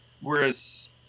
Whereas